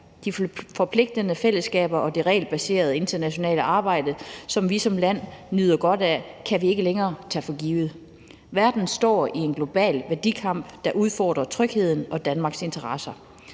De forpligtende fællesskaber og det regelbaserede internationale arbejde, som vi som land nyder godt af, kan vi ikke længere tage for givet. Verden står i en global værdikamp, der udfordrer trygheden og Danmarks interesser.